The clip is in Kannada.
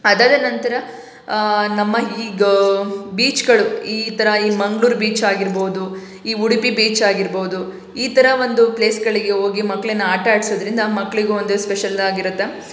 ಅದಾದ ನಂತರ ನಮ್ಮ ಈಗ ಬೀಚ್ಗಳು ಈ ಥರ ಈ ಮಂಗ್ಳೂರು ಬೀಚ್ ಆಗಿರ್ಬೋದು ಈ ಉಡುಪಿ ಬೀಚ್ ಆಗಿರ್ಬೋದು ಈ ಥರ ಒಂದು ಪ್ಲೇಸ್ಗಳಿಗೆ ಹೋಗಿ ಮಕ್ಕಳನ್ನ ಆಟಾಡಿಸೋದ್ರಿಂದ ಮಕ್ಕಳಿಗೂ ಒಂದು ಸ್ಪೆಷಲ್ ಆಗಿರುತ್ತೆ